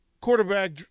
quarterback